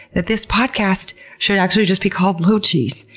that this podcast should actually just be called logies,